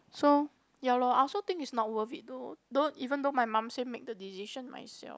so ya lor I also think it's not worth it though though even though my mum say make the decision myself